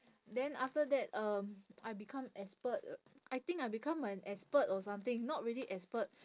then after that um I become expert uh I think I become an expert or something not really expert